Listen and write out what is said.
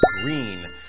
green